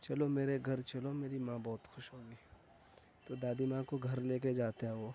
چلو میرے گھر چلو میری ماں بہت خوش ہوگی تو دادی ماں کو گھر لے کے جاتا ہے وہ